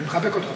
אני מחבק אותך.